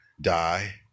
die